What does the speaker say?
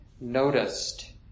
noticed